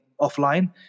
offline